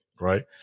Right